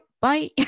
bye